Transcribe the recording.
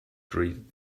greeted